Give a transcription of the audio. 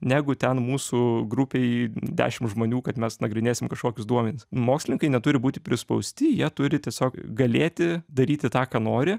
negu ten mūsų grupei dešimt žmonių kad mes nagrinėsim kažkokius duomenis mokslininkai neturi būti prispausti jie turi tiesiog galėti daryti tą ką nori